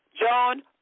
John